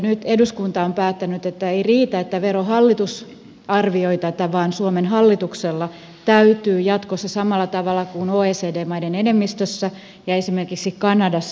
nyt eduskunta on päättänyt että ei riitä että verohallitus arvioi tätä vaan suomen hallituksen täytyy jatkossa tehdä samalla tavalla kuin oecd maiden enemmistössä ja esimerkiksi kanadassa tehdään